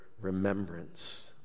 remembrance